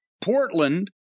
Portland